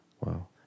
Wow